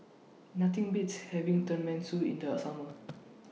Nothing Beats having Tenmusu in The Summer